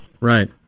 Right